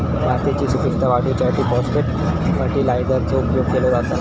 मातयेची सुपीकता वाढवूसाठी फाॅस्फेट फर्टीलायझरचो उपयोग केलो जाता